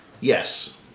Yes